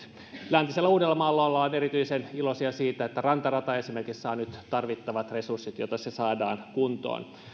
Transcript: läntisellä uudellamaalla ollaan erityisen iloisia siitä että rantarata esimerkiksi saa nyt tarvittavat resurssit jotta se saadaan kuntoon